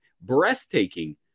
breathtaking